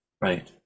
Right